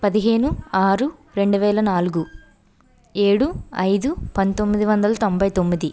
పదిహేను ఆరు రెండువేల నాలుగు ఏడు ఐదు పంతొమ్మిది వందల తొంభై తొమ్మిది